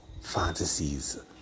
fantasies